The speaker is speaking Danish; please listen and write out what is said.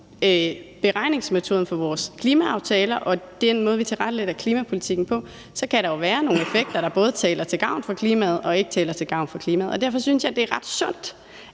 beregningsmetoden for vores klimaaftaler og den måde, vi tilrettelægger klimapolitikken på, så kan der jo både være nogle effekter, der er til gavn for klimaet, og nogle, der ikke er til gavn for klimaet. Derfor synes jeg, det er ret sundt,